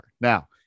now